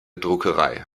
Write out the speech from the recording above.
druckerei